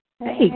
Hey